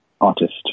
artist